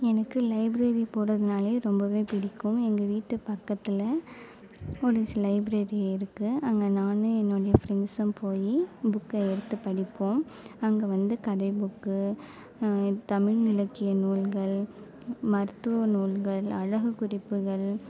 எனக்கு லைப்ரரி போகிறதுனாலே ரொம்பவே பிடிக்கும் எங்கள் வீட்டு பக்கத்தில் லைப்ரரி இருக்குது அங்கே நான் என்னுடைய ஃப்ரெண்ட்ஸும் போய் புக்கை எடுத்து படிப்போம் அங்கே வந்து கதை புக்கு தமிழ் இலக்கிய நூல்கள் மருத்துவ நூல்கள் அழகுக் குறிப்புகள்